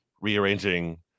rearranging